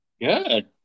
Good